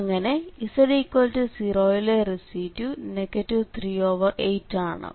അങ്ങനെ z0 യിലെ residue 38 ആണ്